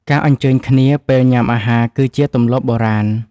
ការអញ្ជើញគ្នា ពេលញ៉ាំអាហារគឺជាទម្លាប់បុរាណ។